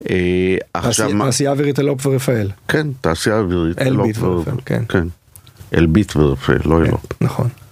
התעשייה האווירית אל־אופ ורפא"ל, כן, אלביט ורפא"ל, כן, אלביט ורפא"ל, לא אל־אופ.